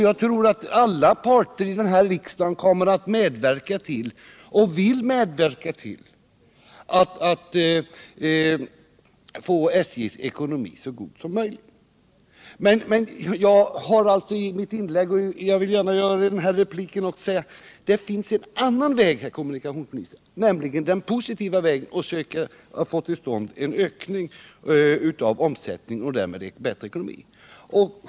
Jag tror att alla parter i denna riksdag kommer att medverka till — och vill medverka — att få SJ:s ekonomi så god som möjligt. Jag sade i mitt inlägg, och jag vill säga det i denna replik, att det finns en annan väg, herr kommunikationsminister, nämligen den positiva vägen att söka få till stånd en ökning av omsättningen och därmed en bättre ekonomi.